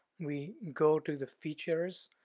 we go to the features,